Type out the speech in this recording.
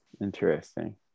Interesting